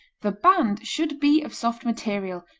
the band should be of soft material,